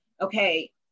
okay